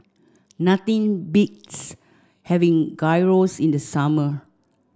nothing beats having Gyros in the summer